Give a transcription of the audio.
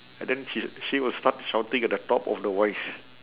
and then she s~ she will start shouting at the top of the voice